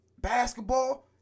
basketball